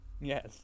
Yes